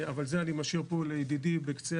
אבל את זה אני משאיר פה לידידי בקצה